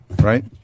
Right